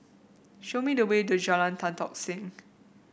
show me the way to Jalan Tan Tock Seng